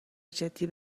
جدی